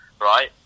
right